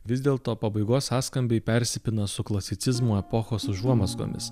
vis dėlto pabaigos sąskambiai persipina su klasicizmo epochos užuomazgomis